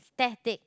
static